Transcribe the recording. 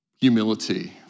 humility